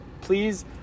please